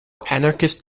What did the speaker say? anarchist